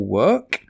work